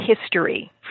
history